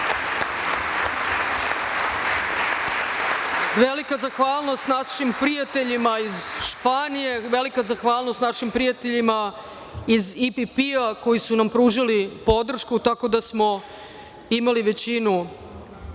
Srbiju. Velika zahvalnost našim prijateljima iz Španije, velika zahvalnost prijateljima iz IPP koji su nam pružili podršku, tako da smo imali većinu